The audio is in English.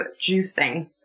Juicing